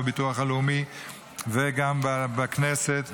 בביטוח הלאומי וגם בכנסת,